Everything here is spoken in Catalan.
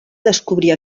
descobrir